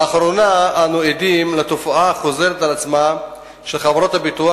לאחרונה אנו עדים לתופעה החוזרת של חברות הביטוח,